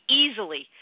easily